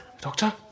Doctor